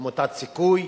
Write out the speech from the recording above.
עמותת "סיכוי".